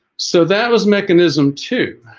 so that was mechanism to